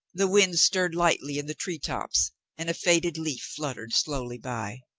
the wind stirred lightly in the tree-tops and a faded leaf fluttered slowly by.